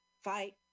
fight